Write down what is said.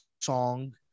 song